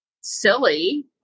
silly